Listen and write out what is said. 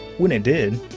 when it did,